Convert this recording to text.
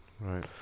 Right